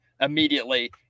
immediately